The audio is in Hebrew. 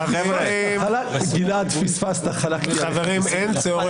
חברים, אין צורך.